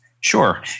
Sure